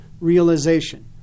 realization